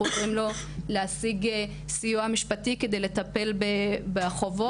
אנחנו עוזרים לו להשיג סיוע משפטי כדי לטפל בחובות,